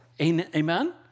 Amen